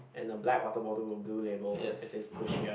and a black water bottle with a blue label it says push here